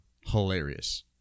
Hilarious